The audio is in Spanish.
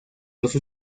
los